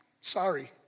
sorry